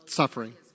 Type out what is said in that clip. suffering